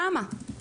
למה?